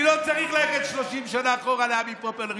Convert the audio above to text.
אני לא צריך ללכת 30 שנה אחורה לעמי פופר,